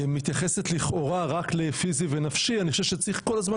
מתייחסת לכאורה רק לפיזי ונפשי אני חושב שצריך כל הזמן